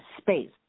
space